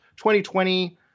2020